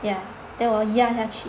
yeah then 我压下去